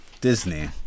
Disney